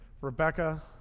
Rebecca